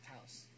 house